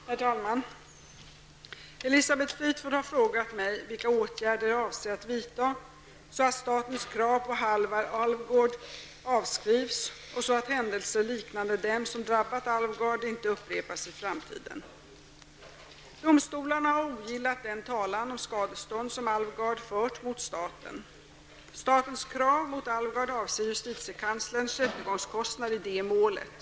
Herr talman! Elisabeth Fleetwood har frågat mig vilka åtgärder jag avser att vidta, så att statens krav på Halvar Alvgard avskrivs och så att händelser liknande dem som drabbat Alvgard inte upprepas i framtiden. Domstolarna har ogillat den talan om skadestånd som Alvgard fört mot staten. Statens krav mot Alvgard avser justitiekanslerns rättegångskostnader i det målet.